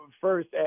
first